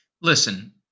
listen